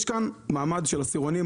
יש כאן מעמד של עשירונים,